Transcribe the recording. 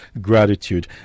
gratitude